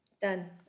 Done